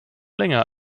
länger